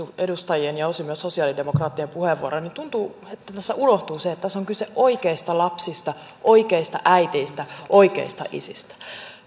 edustajien ja osin myös sosialidemokraattien puheenvuoroja tuntuu että tässä unohtuu se että tässä on kyse oikeista lapsista oikeista äideistä oikeista isistä